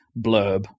blurb